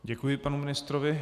Děkuji panu ministrovi.